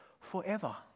forever